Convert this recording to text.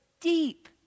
deep